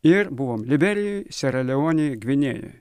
ir buvom liberijoj siera leonėj gvinėjoj